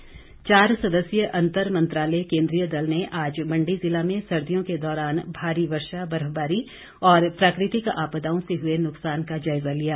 केन्द्रीय दल चार सदस्यीय अंतर मंत्रालय केन्द्रीय दल ने आज मंडी ज़िला में सर्दियों के दौरान भारी वर्षा बर्फबारी और प्राकृतिक आपदाओं से हुए नुकसान का जायज़ा लिया